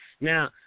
Now